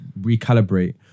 recalibrate